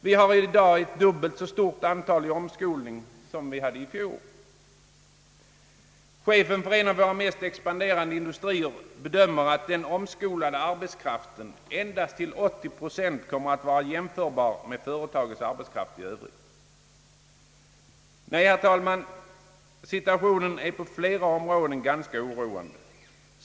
Vi har i dag ett dubbelt så stort antal personer i omskolning som i fjol. Chefen för en av våra mest expanderande industrier bedömer det så, att den omskolade arbetskraften endast till 80 procent kommer att vara jämförbar med företagets arbetskraft i övrigt. Nej, herr talman, situationen är på flera områden ganska oroande.